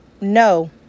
No